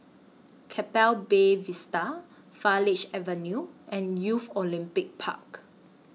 Keppel Bay Vista Farleigh Avenue and Youth Olympic Park